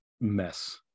mess